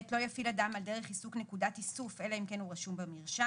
לא יפעיל אדם על דרך עיסוק נקודת איסוף אלא אם כן הוא רשום במרשם.